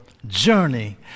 journey